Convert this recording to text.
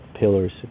pillars